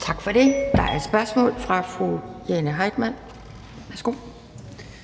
Kl. 10:38 Anden næstformand (Pia Kjærsgaard): Tak for det. Der er spørgsmål fra fru Jane Heitmann. Værsgo.